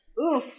Oof